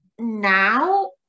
now